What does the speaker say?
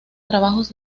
trabajos